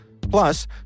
Plus